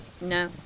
No